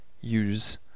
use